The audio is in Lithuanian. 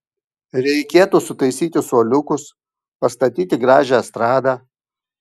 reikėtų sutaisyti suoliukus pastatyti gražią estradą